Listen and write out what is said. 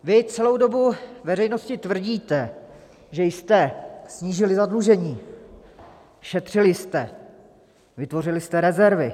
Vy celou dobu veřejnosti tvrdíte, že jste snížili zadlužení, šetřili jste, vytvořili jste rezervy.